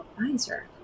advisor